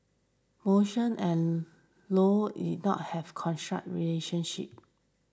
motion and low did not have relationship